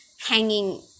hanging